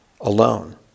alone